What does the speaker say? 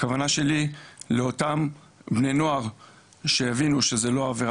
הכוונה שלי לאותם בני נוער שיבינו שזה לא עבירה